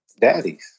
daddies